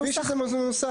כפי שזה מנוסח.